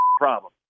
problem